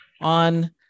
on